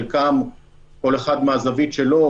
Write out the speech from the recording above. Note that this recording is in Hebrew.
כל אחד מהזווית שלו,